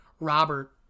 Robert